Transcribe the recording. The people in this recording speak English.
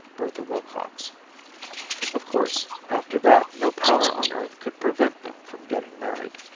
bertha willcox of course, after that no power on earth could prevent them from getting married.